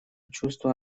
чувство